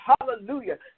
hallelujah